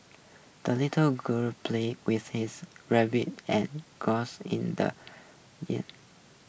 the little girl played with his rabbit and geese in the yard